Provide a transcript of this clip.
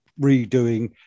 redoing